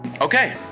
Okay